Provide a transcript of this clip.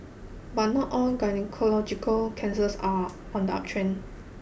but not all gynaecological cancers are on the uptrend